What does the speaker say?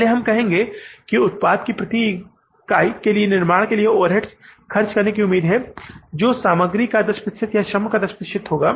पहले हम कहेंगे कि उत्पाद की एक इकाई के निर्माण के लिए ओवरहेड खर्च होने की उम्मीद है जो सामग्री का 10 प्रतिशत या श्रम का 10 प्रतिशत होगा